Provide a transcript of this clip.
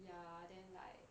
ya then like